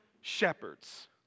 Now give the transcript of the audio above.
shepherds